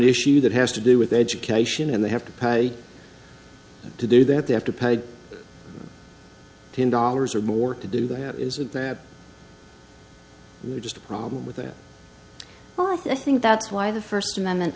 issue that has to do with education and they have to pay to do that they have to pay ten dollars or more to do that isn't that just a problem with that well i think that's why the first amendment